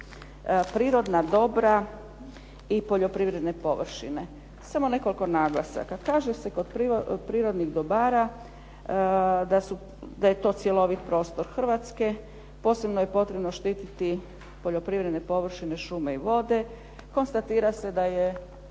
prirodna dobra i poljoprivredne površine. Samo nekoliko naglasaka. Kaže se kod prirodnih dobara da je to cjelovit prostor Hrvatske. Posebno je potrebno štititi poljoprivredne površine, šume i vode, konstatira se da je